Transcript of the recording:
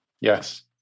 yes